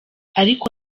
ariko